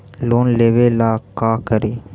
Loan लेबे ला का करि?